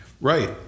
Right